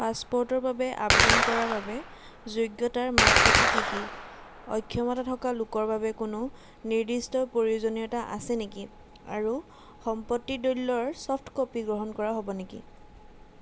পাছপ'ৰ্টৰ বাবে আবেদন কৰাৰ বাবে যোগ্যতাৰ মাপকাঠি কি কি অক্ষমতা থকা লোকৰ বাবে কোনো নিৰ্দিষ্ট প্ৰয়োজনীয়তা আছে নেকি আৰু সম্পত্তি দলিলৰ চফ্ট কপি গ্ৰহণ কৰা হ'ব নেকি